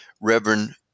Reverend